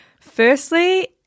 firstly